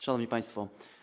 Szanowni Państwo!